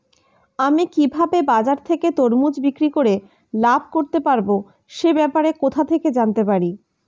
আমি কিভাবে বাজার থেকে তরমুজ বিক্রি করে লাভ করতে পারব সে ব্যাপারে কোথা থেকে জানতে পারি?